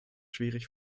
schwierig